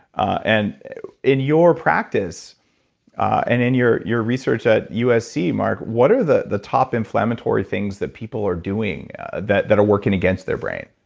and in your practice and in your your research at usc mark, what are the the top inflammatory things that people are doing that that are working against their brain?